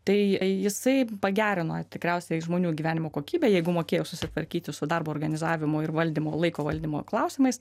tai jisai pagerino tikriausiai žmonių gyvenimo kokybę jeigu mokėjo susitvarkyti su darbo organizavimo ir valdymo laiko valdymo klausimais